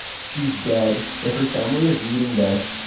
she's dead. if her family is reading this,